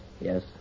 yes